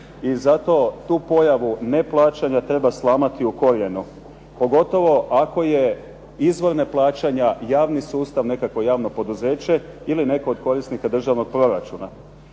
i zato tu pojavu neplaćanja treba slamati u korijenu, pogotovo ako je izvor neplaćanja javni sustav, nekakvo javno poduzeće ili netko od korisnika državnog proračuna.